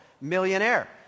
millionaire